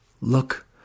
Look